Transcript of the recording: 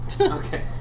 Okay